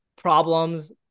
problems